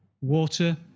water